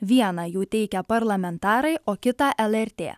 vieną jų teikia parlamentarai o kitą lrt